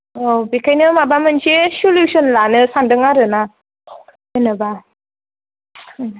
औ बेखायनो माबा मोनसे सलिउसन लानो सानदों आरो ना जेन'बा